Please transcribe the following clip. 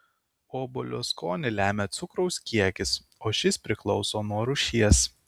obuolio skonį lemia cukraus kiekis o šis priklauso nuo rūšies